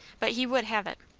but he would have it.